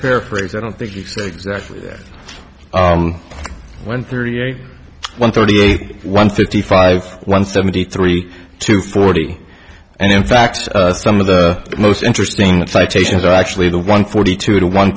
paraphrase i don't think he said exactly when thirty eight one thirty eight one fifty five one seventy three to forty and in fact some of the most interesting citations are actually the one forty two to one